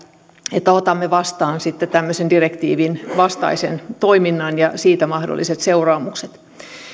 että otamme vastaan tämmöisen direktiivin vastaisen toiminnan ja mahdolliset seuraamukset